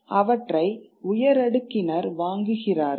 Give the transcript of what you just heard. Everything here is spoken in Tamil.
அவற்றை உயரடுக்கினர் வாங்குகிறார்கள்